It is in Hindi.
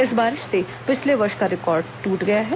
इस बारिश से पिछले वर्ष का रिकॉर्ड ट्रट गया है